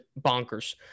bonkers